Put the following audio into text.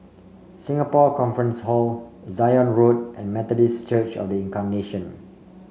Singapore Conference Hall Zion Road and Methodist Church Of The Incarnation